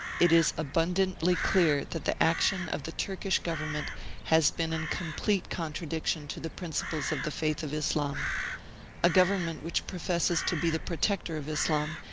it is abundantly clear that the action of the turkish government has been in complete contra diction to the principles of the faith of islam a government which professes to be the protector of islam,